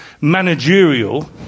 managerial